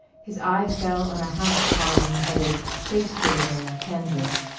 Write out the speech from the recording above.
his eye fell on a half-column headed shakespeareville, kansas.